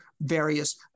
various